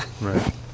Right